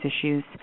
issues